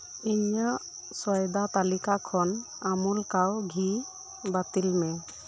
ᱤᱧᱟᱹᱜ ᱥᱚᱭᱫᱟ ᱛᱟᱹᱞᱤᱠᱟ ᱠᱷᱚᱱ ᱟᱢᱩᱞ ᱠᱟᱣ ᱜᱷᱤ ᱵᱟᱛᱤᱞ ᱢᱮ